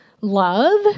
love